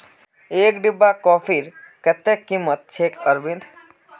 एक डिब्बा कॉफीर कत्ते कीमत छेक अरविंद